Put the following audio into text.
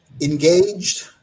engaged